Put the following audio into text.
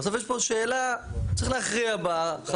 בסוף יש פה שאלה שצריך להכריע בה.